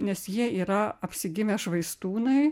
nes jie yra apsigimę švaistūnai